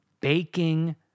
baking